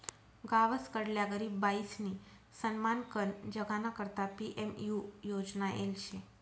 गावसकडल्या गरीब बायीसनी सन्मानकन जगाना करता पी.एम.यु योजना येल शे